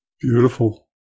Beautiful